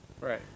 Right